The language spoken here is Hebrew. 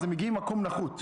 הם מגיעים ממקום נחות.